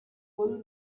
full